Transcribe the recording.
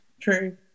True